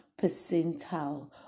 percentile